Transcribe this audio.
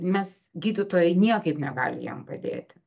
mes gydytojai niekaip negali jam padėti